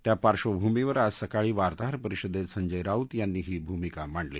त्या पार्श्वभूमीवर आज सकाळी वार्ताहर परिषदेत संजय राऊत यांनी भूमिका मांडली